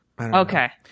Okay